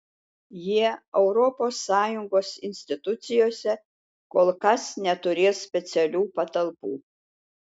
jie europos sąjungos institucijose kol kas neturės specialių patalpų